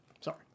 Sorry